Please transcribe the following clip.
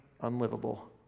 unlivable